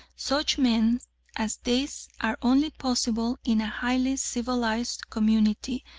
such men as these are only possible in a highly civilised community,